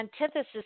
antithesis